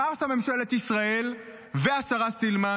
מה עושות ממשלת ישראל והשרה סילמן?